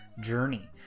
journey